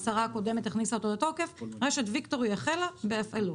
שהשרה הקודמת הכניסה את החוק לתוקף רשת ויקטורי החלה בהפעלות: